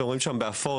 אתם רואים שם באפור,